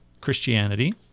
Christianity